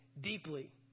deeply